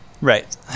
right